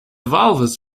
valves